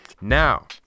now